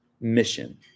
mission